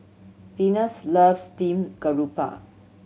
Venus loves steamed garoupa